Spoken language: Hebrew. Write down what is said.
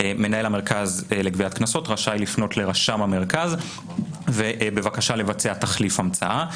מנהל המרכז לגביית קנסות רשאי לפנות לרשם המרכז בבקשה לבצע תחליף המצאה.